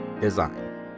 design